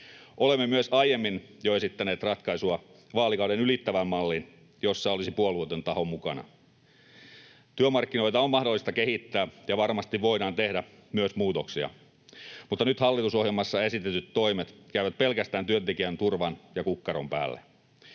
Olemme myös jo aiemmin esittäneet ratkaisua vaalikauden ylittävään malliin, jossa olisi puolueeton taho mukana. Työmarkkinoita on mahdollista kehittää, ja varmasti voidaan tehdä myös muutoksia, mutta nyt hallitusohjelmassa esitetyt toimet käyvät pelkästään työntekijän turvan ja kukkaron päälle.